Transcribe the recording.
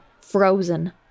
frozen